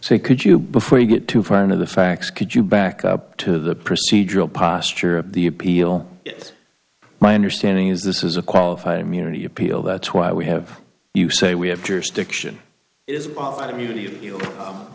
say could you before you get too far into the facts could you back up to the procedural posture of the appeal it my understanding is this is a qualified immunity appeal that's why we have you say we have jurisdiction